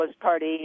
party